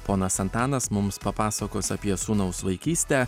ponas antanas mums papasakos apie sūnaus vaikystę